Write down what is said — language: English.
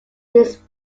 his